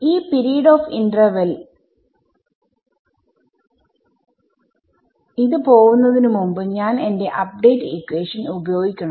ഈ period of interval പോവുന്നതിനു മുമ്പ് ഞാൻ എന്റെ അപ്ഡേറ്റ് ഇക്വേഷൻഉപയോഗിക്കണം